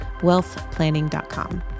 wealthplanning.com